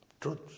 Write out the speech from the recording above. truth